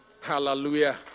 Hallelujah